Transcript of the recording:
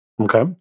okay